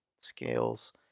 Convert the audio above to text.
scales